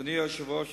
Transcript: אדוני היושב-ראש,